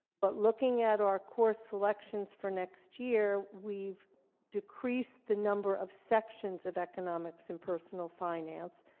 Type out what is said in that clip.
but looking at our course selections for next year, we've decreased the number of sections of economics and personal finance,